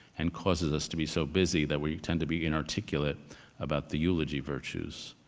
and causes us to be so busy that we tend to be inarticulate about the eulogy virtues,